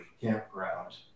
campground